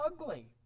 ugly